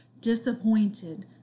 disappointed